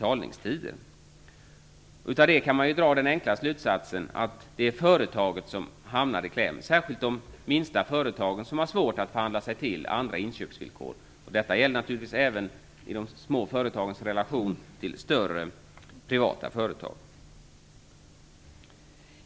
Av detta kan man dra den enkla slutsatsen att det är företagen som hamnar i kläm, och särskilt de minsta företagen som har svårt att förhandla sig till andra inköpsvillkor. Detta gäller naturligtvis även i de små företagens relationer till större privata företag.